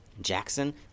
Jackson